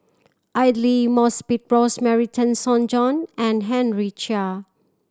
Aidli Mosbit Rosemary Tessensohn and Henry Chia